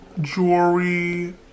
jewelry